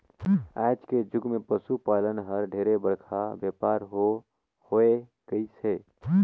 आज के जुग मे पसु पालन हर ढेरे बड़का बेपार हो होय गईस हे